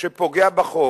שפוגע בחוק.